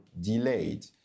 delayed